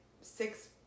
six